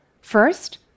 First